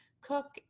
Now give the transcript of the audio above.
cook